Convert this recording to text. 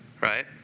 right